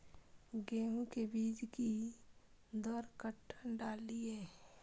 गेंहू के बीज कि दर कट्ठा डालिए?